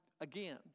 again